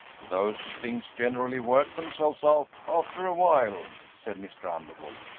those things generally work themselves out after a while, said mr. underwood,